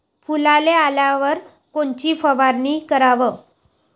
फुलाले आल्यावर कोनची फवारनी कराव?